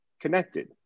connected